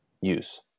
use